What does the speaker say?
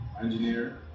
engineer